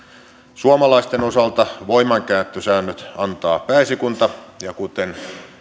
suomalaisten osalta voimankäyttösäännöt antaa pääesikunta ja kuten